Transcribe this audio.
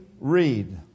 read